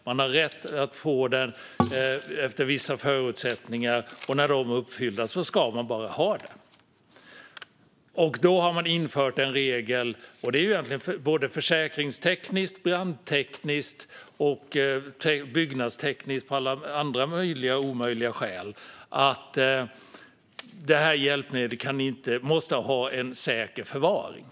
Man har rätt att få dem utifrån vissa förutsättningar, och när de är uppfyllda ska man bara ha dem. Sedan har det införts en regel - egentligen av försäkringstekniska, brandtekniska, byggnadstekniska och alla möjliga och omöjliga andra skäl - om att detta hjälpmedel måste ha en säker förvaring.